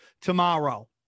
tomorrow